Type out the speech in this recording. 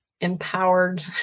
empowered